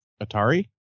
atari